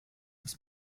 das